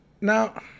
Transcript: Now